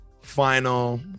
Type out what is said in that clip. final